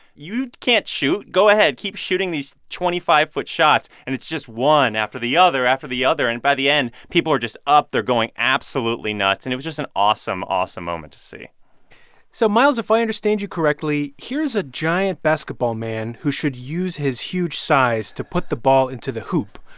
you can't shoot. go ahead. keep shooting these twenty five foot shots. and it's just one after the other after the other. and by the end, people are just up. they're going absolutely nuts. and it was just an awesome, awesome moment to see so, miles, if i understand you correctly, here is a giant basketball man who should use his huge size to put the ball into the hoop.